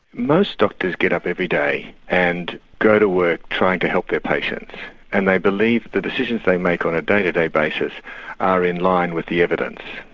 most doctors get up every day and go to work trying to help their patients and they believe the decisions they make on a day to day basis are in line with the evidence.